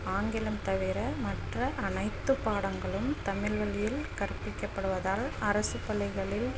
ஆங்கிலம் தவிர மற்ற அனைத்து பாடங்களும் தமிழ் வழியில் கற்பிக்கப்படுவதால் அரசு பள்ளிகளில்